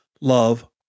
Love